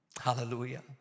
Hallelujah